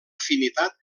afinitat